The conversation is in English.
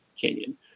canyon